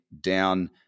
down –